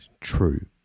true